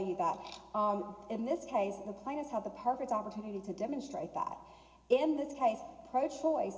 you that in this case the plaintiffs have the perfect opportunity to demonstrate that in this case pro choice